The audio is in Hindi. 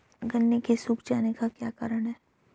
गन्ने के सूख जाने का क्या कारण है?